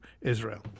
Israel